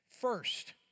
First